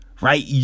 right